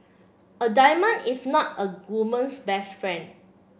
a diamond is not a woman's best friend